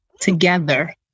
together